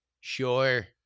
Sure